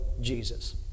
Jesus